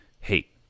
hate